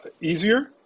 easier